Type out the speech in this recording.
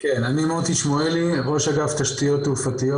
כן, אני מוטי שמואלי, יו"ר אגף תשתיות תעופתיות